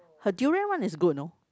her durian one is good you know